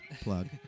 plug